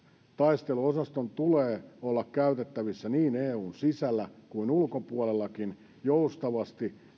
taisteluosaston tulee olla käytettävissä niin eun sisällä kuin ulkopuolellakin joustavasti niin